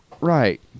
Right